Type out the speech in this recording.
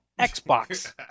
Xbox